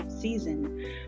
season